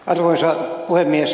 arvoisa puhemies